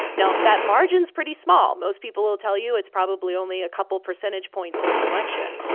now, that margin's pretty small. most people will tell you it's probably only a couple percentage points in an election.